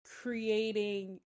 creating